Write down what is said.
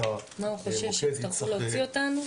המוקד ולפתח את --- מה הוא חושב שיצטרכו להוציא אותנו?